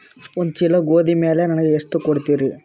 ಒಂದ ಚೀಲ ಗೋಧಿ ಮ್ಯಾಲ ನನಗ ಎಷ್ಟ ಕೊಡತೀರಿ?